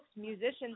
musicians